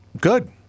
Good